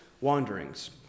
wanderings